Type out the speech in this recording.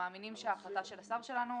מאמינים שההחלטה של השר שלנו